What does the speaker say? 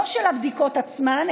לא של הבדיקות עצמן,